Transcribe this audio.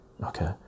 okay